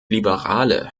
liberale